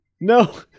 no